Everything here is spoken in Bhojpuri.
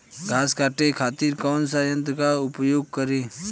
घास काटे खातिर कौन सा यंत्र का उपयोग करें?